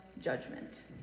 judgment